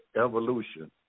evolution